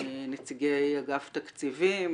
את נציגי אגף תקציבים